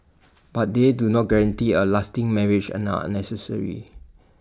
but they do not guarantee A lasting marriage and are unnecessary